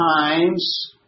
times